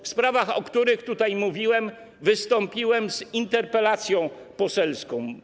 W sprawach, o których tutaj mówiłem, wystąpiłem z interpelacją poselską.